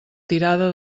tirada